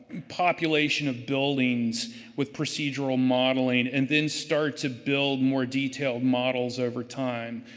population of buildings with procedural modeling. and then start to build more detailed models over time.